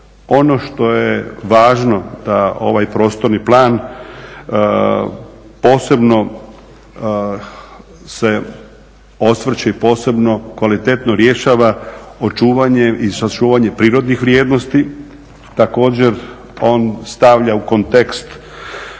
Ono što je važno za ovaj prostorni plan posebno se osvrće i posebno kvalitetno rješava očuvanje i sačuvanje prirodnih vrijednosti. Također on stavlja u kontekst